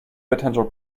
potential